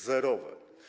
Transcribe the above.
Zerowe.